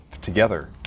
together